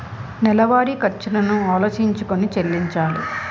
నెలవారి ఖర్చులను ఆలోచించుకొని చెల్లించాలి